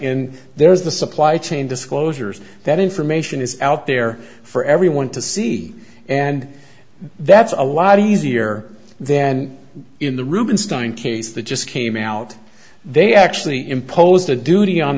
in there's the supply chain disclosures that information is out there for everyone to see and that's a lot easier then in the rubinstein case that just came out they actually imposed a duty on